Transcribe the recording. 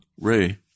Ray